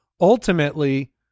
ultimately